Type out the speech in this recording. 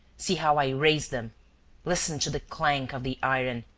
see how i raise them listen to the clank of the iron.